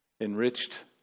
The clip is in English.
enriched